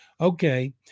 okay